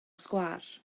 sgwâr